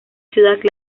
ciudad